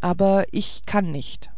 aber ich kann nicht